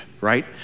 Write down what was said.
right